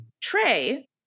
Trey